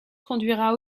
conduira